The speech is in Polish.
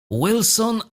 wilson